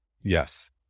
Yes